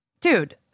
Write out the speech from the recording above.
dude